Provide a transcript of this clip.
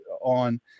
on